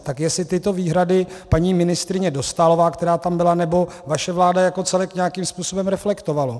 Tak jestli tyto výhrady paní ministryně Dostálová, která tam byla, nebo vaše vláda jako celek nějakým způsobem reflektovala.